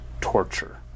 torture